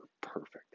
perfect